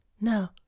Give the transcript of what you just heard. No